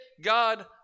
God